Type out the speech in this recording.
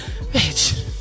bitch